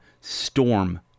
storm